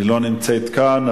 היא לא נמצאת כאן,